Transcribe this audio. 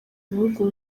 bihugu